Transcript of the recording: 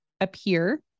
appear